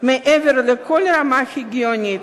בה מעבר לכל רמה הגיונית,